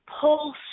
pull